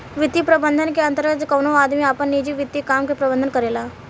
वित्तीय प्रबंधन के अंतर्गत कवनो आदमी आपन निजी वित्तीय काम के प्रबंधन करेला